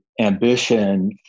ambition